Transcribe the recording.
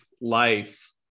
life